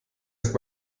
ist